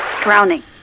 Drowning